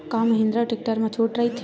का महिंद्रा टेक्टर मा छुट राइथे?